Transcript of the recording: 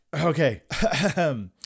okay